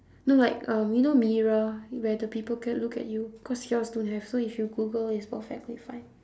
no like um you know a mirror where the people can look at you because yours don't have so if you google is perfectly fine